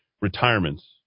retirements